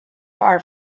far